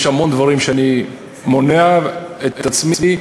יש המון דברים שאני מונע את עצמי,